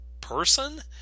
person